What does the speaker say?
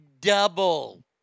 double